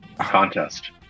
contest